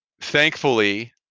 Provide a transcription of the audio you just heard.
Thankfully